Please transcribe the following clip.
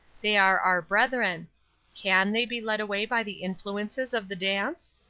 they are our brethren can they be led away by the influences of the dance?